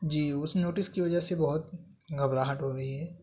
جی اس نوٹس کی وجہ سے بہت گھبراہٹ ہو رہی ہے